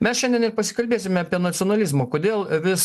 mes šiandien pasikalbėsime apie nacionalizmą kodėl vis